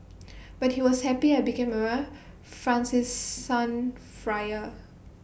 but he was happy I became A Francis son friar